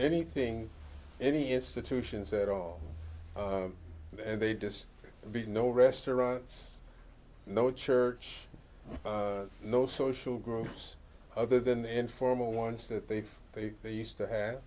anything any institutions at all and they'd just be no restaurants no church no social groups other than informal ones that they they used to have